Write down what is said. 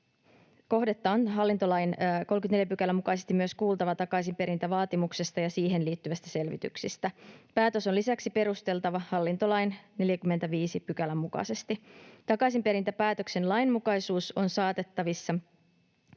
kohdetta on hallintolain 34 §:n mukaisesti myös kuultava takaisinperintävaatimuksesta ja siihen liittyvistä selvityksistä. Päätös on lisäksi perusteltava hallintolain 45 §:n mukaisesti. Takaisinperintäpäätöksen lainmukaisuus on saatettavissa